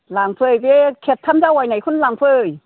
लांफै बे खेबथाम जावायैनायखौनो लांफै